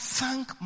thank